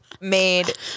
made